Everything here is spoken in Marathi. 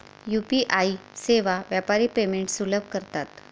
यू.पी.आई सेवा व्यापारी पेमेंट्स सुलभ करतात